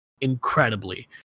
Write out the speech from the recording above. incredibly